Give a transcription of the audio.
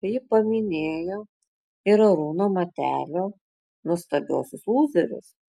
ji paminėjo ir arūno matelio nuostabiuosius lūzerius